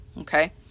okay